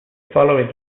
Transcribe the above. following